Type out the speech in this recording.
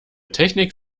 technik